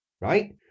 right